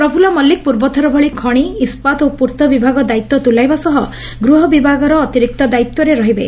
ପ୍ରଫୁଲ୍ ମଲ୍ଲିକ ପୂର୍ବଥର ଭଳି ଖଶି ଇସ୍ସାତ ଓ ପୂର୍ବ ବିଭାଗ ଦାୟିତ୍ୱ ତୁଲାଇବା ସହ ଗୃହ ବିଭାଗର ଅତିରିକ୍ତ ଦାୟିତ୍ୱରେ ରହିବେ